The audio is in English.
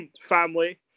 family